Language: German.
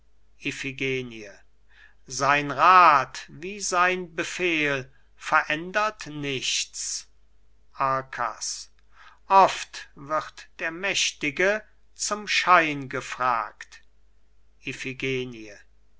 sein rath wie sein befehl verändert nichts arkas oft wird der mächtige zum schein gefragt